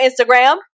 Instagram